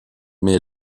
mais